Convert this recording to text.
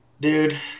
dude